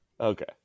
Okay